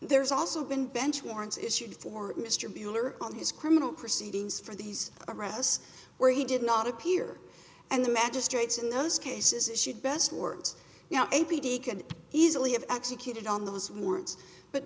there's also been bench warrants issued for mr buehler on his criminal proceedings for these arrests where he did not appear and the magistrates in those cases issued best words now anybody can easily have executed on those words but